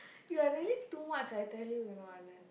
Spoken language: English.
you are really too much I tell you you know Anand